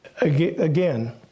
Again